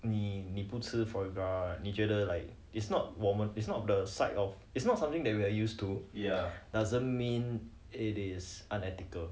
你你不吃 foie gras 你觉得 like it's not 我们 is not the sight of its not something that we are used to doesn't mean it is unethical